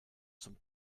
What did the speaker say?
zum